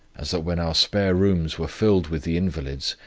as that when our spare rooms were filled with the invalids,